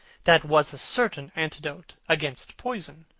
that was a certain antidote against poison.